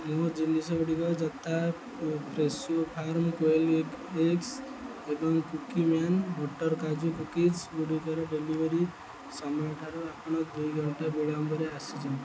ମୋ ଜିନିଷ ଗୁଡ଼ିକ ଯଥା Fresho farm quail egg eggs ଏବଂ କୁକୀମ୍ୟାନ ବଟର୍ କାଜୁ କୁକିଜ୍ ଗୁଡ଼ିକର ଡେଲିଭେରି ସମୟ ଠାରୁ ଆପଣ ଦୁଇ ଘଣ୍ଟା ବିଳମ୍ବରେ ଆସିଛନ୍ତି